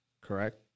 Correct